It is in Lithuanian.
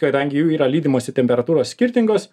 kadangi jų yra lydymosi temperatūros skirtingos